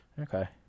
Okay